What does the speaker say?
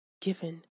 given